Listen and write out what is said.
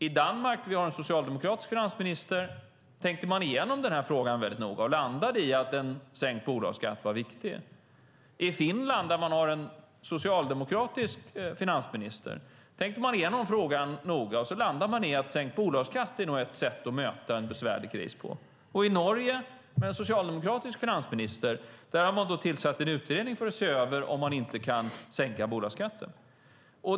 I Danmark, där man har en socialdemokratisk finansminister, tänkte man igenom den här frågan noga och landade i att en sänkt bolagsskatt var viktig. I Finland, där man har en socialdemokratisk finansminister, tänkte man igenom frågan noga, och så landade man i att sänkt bolagsskatt nog är ett sätt att möta en besvärlig kris på. Och i Norge, där man har en socialdemokratisk finansminister, har man tillsatt en utredning för att se över om man inte kan sänka bolagsskatten.